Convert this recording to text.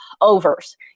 Overs